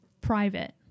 private